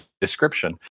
description